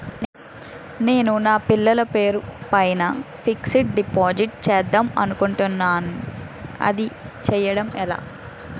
నేను నా పిల్లల పేరు పైన ఫిక్సడ్ డిపాజిట్ చేద్దాం అనుకుంటున్నా అది చేయడం ఎలా?